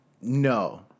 no